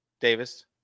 Davis